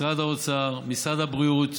משרד האוצר, משרד הבריאות,